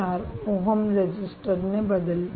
4 ohm register ने बदलले